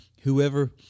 Whoever